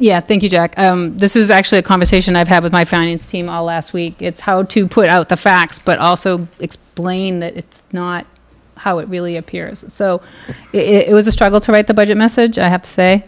yeah thank you jack this is actually a conversation i've had with my finance team all last week it's how to put out the facts but also explain that it's not how it really appears so it was a struggle to write the budget message i have to say